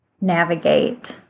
navigate